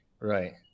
Right